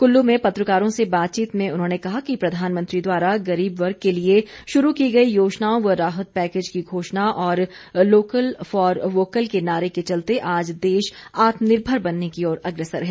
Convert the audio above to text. कुल्लू में पत्रकारों से बातचीत में उन्होंने कहा कि प्रधानमंत्री द्वारा गरीब वर्ग के लिए शुरू की गई योजनाओं व राहत पैकेज की घोषणा और लॉकल फोर वॉकल के नारे के चलते आज देश आत्मनिर्भर बनने की ओर अग्रसर है